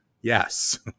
yes